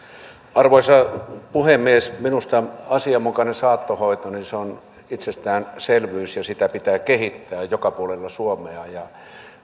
arvoisa puhemies minusta asianmukainen saattohoito on itsestäänselvyys ja sitä pitää kehittää joka puolella suomea